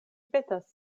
petas